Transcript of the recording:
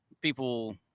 people –